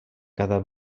cada